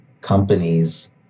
companies